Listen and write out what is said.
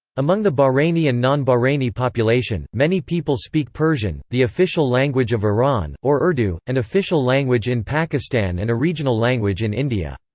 among the bahraini and non-bahraini population, many people speak persian, the official language of iran, or urdu, an and official language in pakistan and a regional language in india.